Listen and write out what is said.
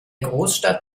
großstadt